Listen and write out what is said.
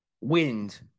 wind